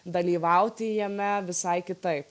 dalyvauti jame visai kitaip